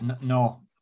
No